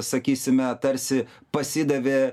sakysime tarsi pasidavė